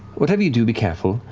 whatever you do, be careful.